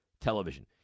television